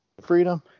freedom